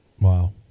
Wow